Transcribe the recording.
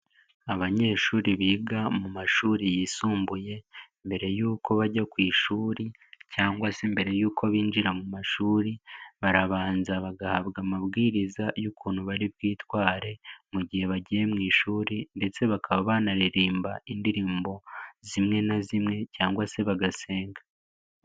Abanyeshuri biga mu mashuri yisumbuye, mbere yuko bajya ku ishuri cyangwa se mbere y'uko binjira mu mashuri, barabanza bagahabwa amabwiriza y'ukuntu bari bwitware, mu gihe bagiye mu ishuri ndetse bakaba banaririmba indirimbo zimwe na zimwe cyangwa se bagasenga.